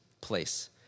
place